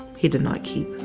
he did not keep.